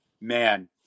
man